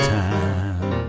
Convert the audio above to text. time